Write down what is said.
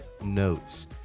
notes